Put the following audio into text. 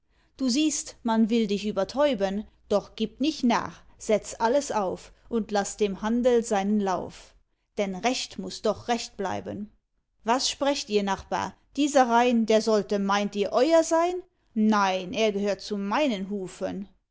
du siehst man will dich übertäuben doch gib nicht nach setz alles auf und laß dem handel seinen lauf denn recht muß doch recht bleiben was sprecht ihr nachbar dieser rain der sollte meint ihr euer sein nein er gehört zu meinen hufen